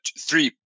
three